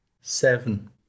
Seven